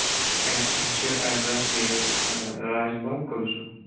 اَ اَسہِ چھُ ایڈرَس یہِ راج باغ کُرسوٗ